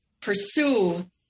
pursue